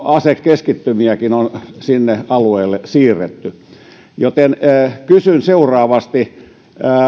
asekeskittymiäkin on sinne alueelle jo siirretty joten kysyn seuraavasti